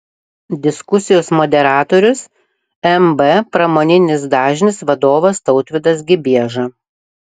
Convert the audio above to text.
diskusijos moderatorius mb pramoninis dažnis vadovas tautvydas gibieža